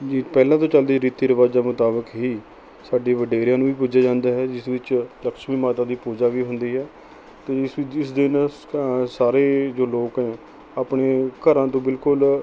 ਜੀ ਪਹਿਲਾਂ ਤੋਂ ਚੱਲਦੇ ਰੀਤੀ ਰਿਵਾਜਾਂ ਮੁਤਾਬਿਕ ਹੀ ਸਾਡੇ ਵਡੇਰਿਆਂ ਨੂੰ ਵੀ ਪੂਜਿਆ ਜਾਂਦਾ ਹੈ ਜਿਸ ਵਿੱਚ ਲਕਛਮੀ ਮਾਤਾ ਦੀ ਪੂਜਾ ਵੀ ਹੁੰਦੀ ਹੈ ਅਤੇ ਇਸ ਵਿੱਚ ਇਸ ਦਿਨ ਸਕ ਸਾਰੇ ਜੋ ਲੋਕ ਹੈ ਆਪਣੇ ਘਰਾਂ ਤੋਂ ਬਿਲਕੁਲ